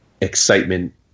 excitement